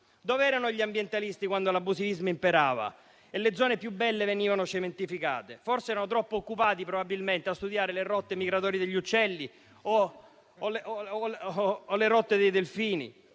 Dove erano gli ambientalisti quando l'abusivismo imperava e le zone più belle venivano cementificate? Forse erano troppo occupati a studiare le rotte migratorie degli uccelli o le rotte dei delfini.